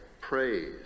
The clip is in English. praise